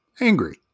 angry